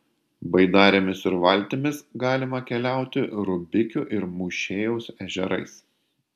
baidarėmis ir valtimis galima keliauti rubikių ir mūšėjaus ežerais